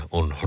on